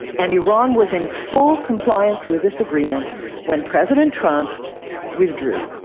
and iran was in full compliance with this agreement when president trump withdrew.